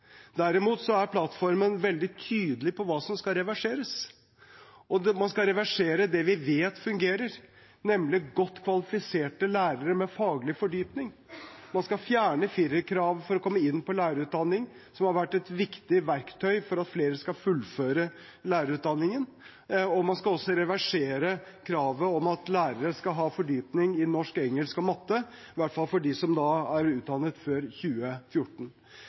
Derimot er plattformen veldig tydelig på hva som skal reverseres. Man skal reversere det vi vet fungerer, nemlig godt kvalifiserte lærere med faglig fordypning. Man skal fjerne firerkrav for å komme inn på lærerutdanning, som har vært et viktig verktøy for at flere skal fullføre lærerutdanningen. Man skal også reversere kravet om at lærere skal ha fordypning i norsk, engelsk og matte, i hvert fall for dem som er utdannet før 2014.